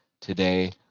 today